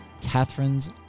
Catherine's